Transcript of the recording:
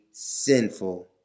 sinful